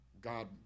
God